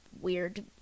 weird